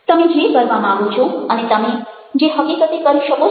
તમે જે કરવા માંગો છો અને તમે જે હકીકતે કરી શકો છો